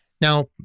Now